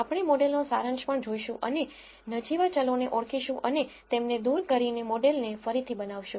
આપણે મોડેલનો સારાંશ પણ જોઈશું અને નજીવા ચલોને ઓળખીશું અને તેમને દુર કરીને મોડેલને ફરીથી બનાવીશું